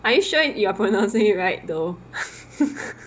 are you sure you're pronouncing it right though